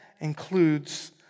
includes